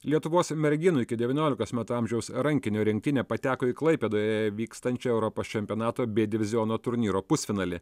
lietuvos merginų iki devyniolikos metų amžiaus rankinio rinktinė pateko į klaipėdoje vykstančio europos čempionato bė diviziono turnyro pusfinalį